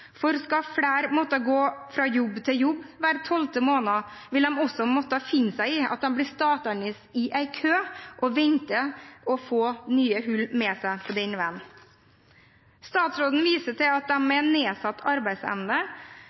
situasjonen. Skal flere måtte gå fra jobb til jobb hver tolvte måned, vil de også måtte finne seg i at de blir stående i en kø og vente, og få nye hull med seg på den veien. Statsråden viser til at de med nedsatt arbeidsevne